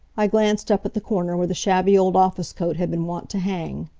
i glanced up at the corner where the shabby old office coat had been wont to hang.